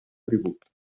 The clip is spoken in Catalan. tribut